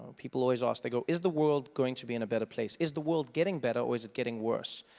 people always ask, they go is the world going to be in a better place? is the world getting better or is it getting worse.